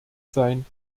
sein